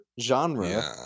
genre